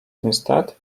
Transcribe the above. instead